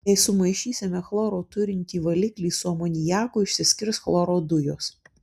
jei sumaišysime chloro turintį valiklį su amoniaku išsiskirs chloro dujos